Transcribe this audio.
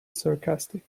sarcastic